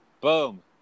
Boom